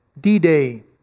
D-Day